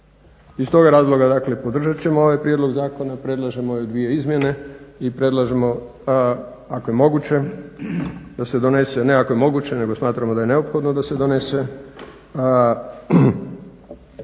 Iz toga razloga dakle podržat ćemo ovaj prijedlog zakona. Predlažemo ove dvije izmjene i predlažemo ako je moguće da se donese ne ako je moguće nego smatramo da neophodno da se donese